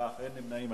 אין נמנעים.